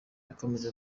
yakomeje